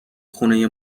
خونه